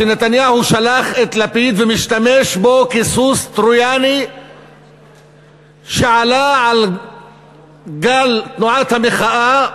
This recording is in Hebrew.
שנתניהו שלח את לפיד ומשתמש בו כסוס טרויאני שעלה על גל תנועת המחאה